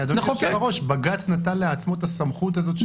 אדוני היושב-ראש, בג"ץ נטל לעצמו את הסמכות הזאת.